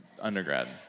undergrad